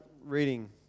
reading